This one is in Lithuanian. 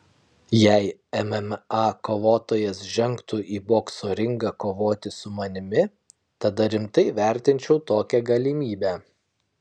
jei mma kovotojas žengtų į bokso ringą kovoti su manimi tada rimtai vertinčiau tokią galimybę